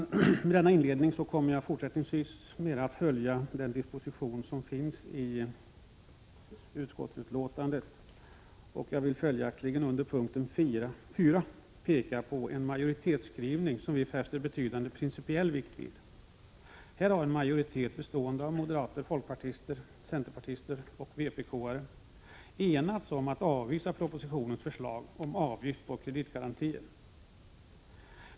Efter denna inledning kommer jag fortsättningsvis mera att följa den disposition som återfinns i betänkandet. Följaktligen vill jag under punkt 4 peka på en majoritetsskrivning som vi fäster betydande principiell vikt vid. Här har en majoritet av moderater, folkpartister, centerpartister och vpk-are enats om att avvisa propositionens förslag om en avgift på kreditgarantier.